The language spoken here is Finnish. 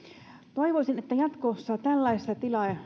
toivoisin että jatkossa tällaisessa